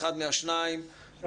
אחד מהשניים,